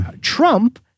Trump